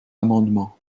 amendement